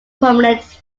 prominent